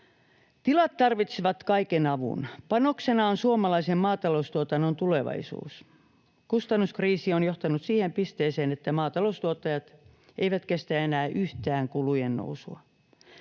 Tilat tarvitsevat kaiken avun. Panoksena on suomalaisen maataloustuotannon tulevaisuus. Kustannuskriisi on johtanut siihen pisteeseen, että maataloustuottajat eivät kestä enää yhtään kulujen nousua,